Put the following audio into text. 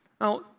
Now